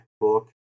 book